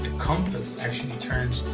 compass actually turns,